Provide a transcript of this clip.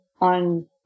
on